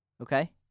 Okay